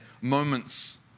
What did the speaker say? moments